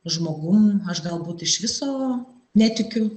žmogum aš galbūt iš viso netikiu